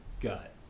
gut